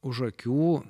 už akių